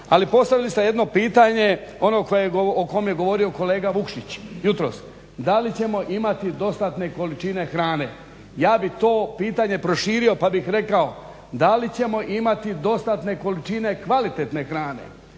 Ali postavili ste jedno pitanje, ono o kojem je govorio kolega Vukšić jutro. Da li ćemo imati dostatne količine hrane? Ja bih to pitanje proširio pa bih rekao da li ćemo imati dostatne količine kvalitetne hrane